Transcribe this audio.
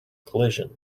collision